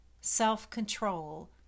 self-control